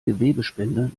gewebespende